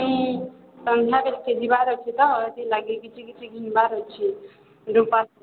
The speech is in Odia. ଯିବାର୍ ଅଛି ତ ସେଥିଲାଗି କିଛି କିଛି ଘିନ୍ବାର୍ ଅଛି ରୂପା